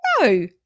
No